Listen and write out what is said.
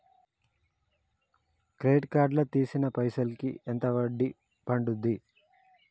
Credit card లా తీసిన పైసల్ కి ఎంత వడ్డీ పండుద్ధి?